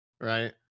right